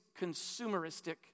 consumeristic